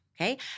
Okay